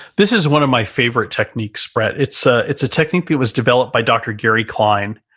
this is one of my favorite techniques, brett. it's a, it's a technique that was developed by dr. gary klein,